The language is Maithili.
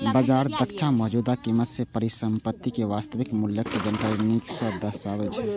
बाजार दक्षता मौजूदा कीमत मे परिसंपत्ति के वास्तविक मूल्यक जानकारी नीक सं दर्शाबै छै